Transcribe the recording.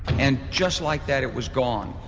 and just like that it was gone.